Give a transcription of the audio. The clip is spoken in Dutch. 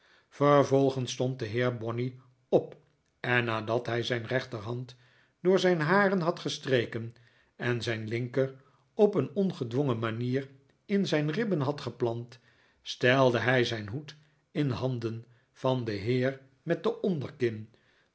vervolgens stond de heer bonney op en nadat hij zijn rechterhand door zijn haren had gestreken en zijn linker op een ongedwongen manier in zijn ribben had geplant stelde hij zijn hoed in handen van den heer met de onderkin